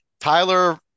tyler